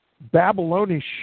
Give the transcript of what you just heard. Babylonish